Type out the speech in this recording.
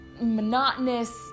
monotonous